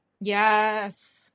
Yes